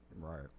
right